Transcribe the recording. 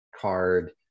card